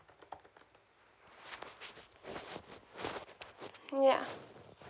mm ya